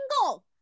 single